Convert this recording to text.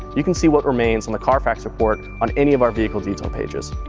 you can see what remains on the carfax report on any of our vehicle detail pages.